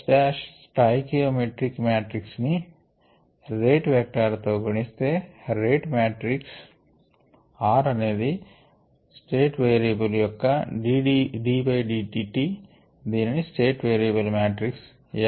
S స్టాయికి యోమెట్రిక్ matrix ని రేట్ వెక్టార్ తో గుణిస్తే రేట్ మాట్రిక్స్ r అనేది స్టేట్ వేరియబుల్ యొక్క d d t దీనిని స్టేట్ వేరియబుల్ మాట్రిక్స్ x